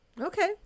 Okay